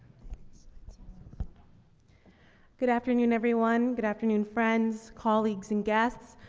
so good afternoon, everyone. good afternoon friends, colleagues, and guests.